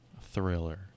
Thriller